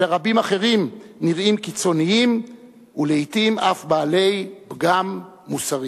שלרבים אחרים נראים קיצוניים ולעתים אף בעלי פגם מוסרי.